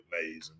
amazing